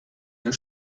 der